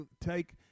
take